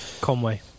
Conway